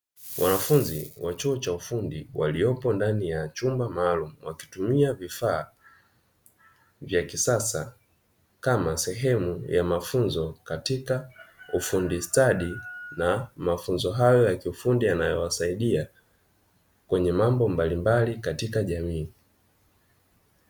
Wanafunzi wa chuo cha ufundi waliopo ndani ya chumba maalumu wakitumia vifaa vya kisasa, kama sehemu ya mafunzo katika ufundi stadi na mafunzo hayo ya kiufundi yanayowasaidia kwenye mambo mbalimbali katika jamii.